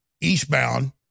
eastbound